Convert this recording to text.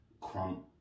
Crump